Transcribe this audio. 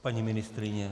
Paní ministryně?